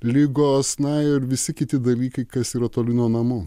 ligos na ir visi kiti dalykai kas yra toli nuo namų